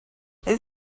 this